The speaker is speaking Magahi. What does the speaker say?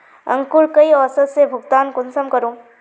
अंकूर कई औसत से भुगतान कुंसम करूम?